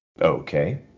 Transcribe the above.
Okay